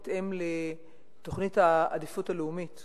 בהתאם לתוכנית העדיפות הלאומית,